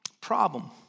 problem